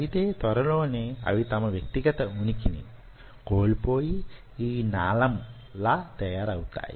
అయితే త్వరలోనే అవి తమ వ్యక్తిగత ఉనికిని కోల్పోయి ఈ నాళం లా తయారవుతాయి